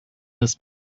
this